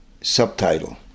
subtitle